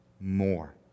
more